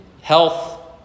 health